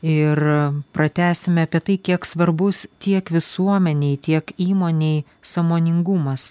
ir pratęsime apie tai kiek svarbus tiek visuomenei tiek įmonei sąmoningumas